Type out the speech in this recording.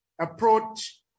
approach